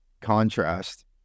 contrast